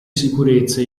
sicurezza